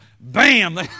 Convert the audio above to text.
Bam